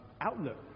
outlook